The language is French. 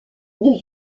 new